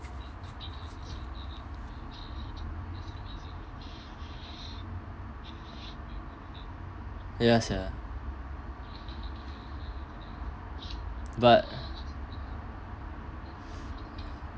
yes sia but